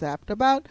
zapped about